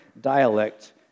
dialect